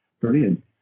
brilliant